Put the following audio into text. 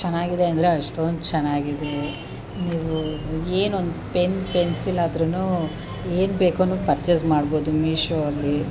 ಚೆನ್ನಾಗಿದೆ ಅಂದರೆ ಅಷ್ಟೊಂದು ಚೆನ್ನಾಗಿದೆ ಏನು ಒಂದು ಪೆನ್ ಪೆನ್ಸಿಲ್ ಆದ್ರು ಏನು ಬೇಕು ಪರ್ಚೇಸ್ ಮಾಡ್ಬೋದು ಮೀಶೋ ಅಲ್ಲಿ